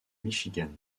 michigan